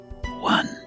one